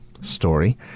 story